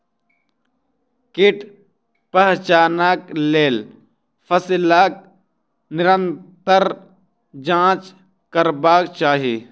कीट पहचानक लेल फसीलक निरंतर जांच करबाक चाही